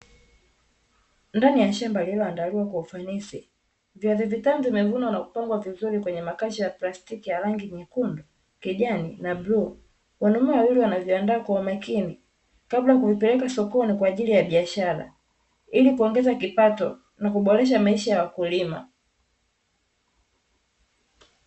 Ndani ya shamba lililoandaliwa kwa ufanisi, viazi vitamu vimevunwa na kupangwa vizuri kwenye makasha ya plastiki ya rangi nyekundu, kijani na bluu. Wanaume wawili wanaviandaa kwa umakini kabla ya kuvipeleka sokoni kwa ajili ya biashara, ili kuongeza kipato na kuboresha maisha ya wakulima.